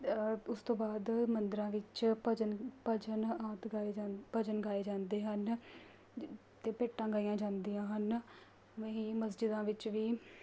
ਉਸ ਤੋਂ ਬਾਅਦ ਮੰਦਰਾਂ ਵਿੱਚ ਭਜਨ ਭਜਨ ਆਦਿ ਗਾਏ ਜਾਂਦ ਭਜਨ ਗਾਏ ਜਾਂਦੇ ਹਨ ਜ ਅਤੇ ਭੇਟਾਂ ਗਾਈਆਂ ਜਾਂਦੀਆਂ ਹਨ ਵਹੀਂ ਮਸਜਿਦਾਂ ਵਿੱਚ ਵੀ